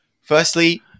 Firstly